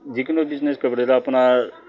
যিকোনো বিজনেচ কৰিবলৈ আপোনাৰ